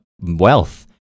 wealth